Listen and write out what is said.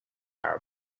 arab